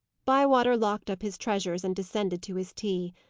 bywater locked up his treasures, and descended to his tea.